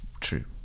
true